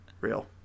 Real